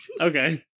Okay